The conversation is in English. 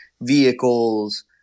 vehicles